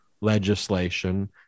legislation